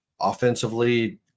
offensively